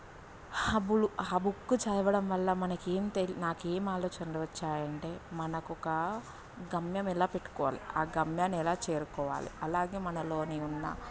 హబులు హ బుక్ చదవడం వల్ల మనకి ఏం తెల్ నాకు ఏమి ఆలోచనలు వచ్చాయంటే మనకొక గమ్యం ఎలా పెట్టుకోవాలి ఆ గమ్యాన్ని ఎలా చేరుకోవాలి అలాగే మనలోని ఉన్న